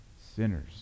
sinners